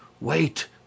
Wait